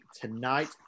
tonight